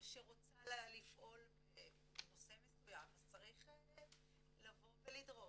שרוצה לפעול בנושא מסוים, צריך לבוא ולדרוש.